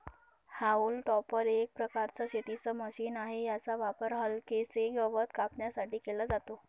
haulm topper एक प्रकारचं शेतीच मशीन आहे, याचा वापर हलकेसे गवत कापण्यासाठी केला जातो